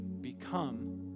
become